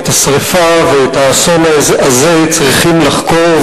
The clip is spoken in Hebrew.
את השרפה ואת האסון הזה צריכים לחקור,